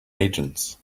agents